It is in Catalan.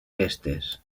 festes